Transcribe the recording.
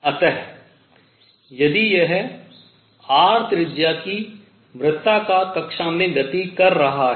अतः यदि यह r त्रिज्या की वृत्ताकार कक्षा में गति कर रहा है